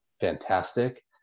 fantastic